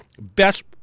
Best